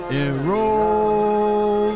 enroll